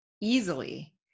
easily